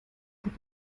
auch